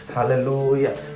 Hallelujah